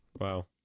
Wow